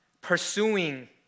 pursuing